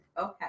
Okay